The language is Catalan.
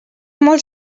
molt